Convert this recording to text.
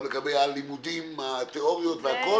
גם לגבי התיאוריות והכול.